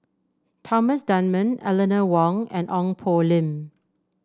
Thomas Dunman Eleanor Wong and Ong Poh Lim